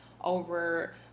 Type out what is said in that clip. over